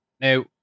Now